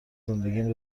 زندگیم